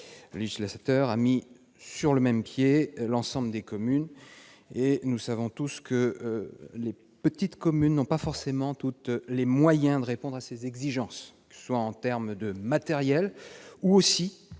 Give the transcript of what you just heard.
Le législateur a ainsi mis sur un même pied l'ensemble des communes. Or nous savons tous que les petites communes n'ont pas toutes les moyens de répondre à ces exigences, en termes de matériels, mais